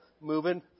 moving